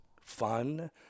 fun